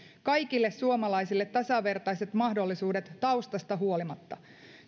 kaikille suomalaisille tasavertaiset mahdollisuudet taustasta huolimatta